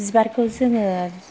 बिबारखौ जोङो